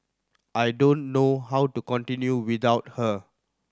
I don't know how to continue without her